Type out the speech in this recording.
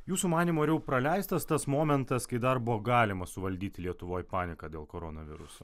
jūsų manymu ar jau praleistas tas momentas kai dar buvo galima suvaldyti lietuvoj paniką dėl koronaviruso